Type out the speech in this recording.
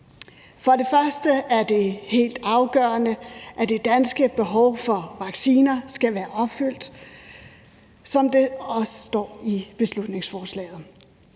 For det første er det helt afgørende, at det danske behov for vacciner skal være opfyldt, som det også står i beslutningsforslaget.